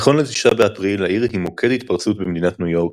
נכון ל-9 באפריל העיר היא מוקד ההתפרצות במדינת ניו יורק